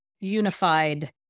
Unified